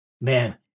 Man